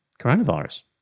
coronavirus